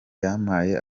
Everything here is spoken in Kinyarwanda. yampaye